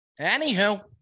Anywho